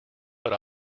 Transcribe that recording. but